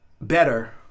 better